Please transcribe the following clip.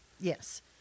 Yes